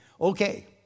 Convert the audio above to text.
okay